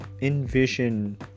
envision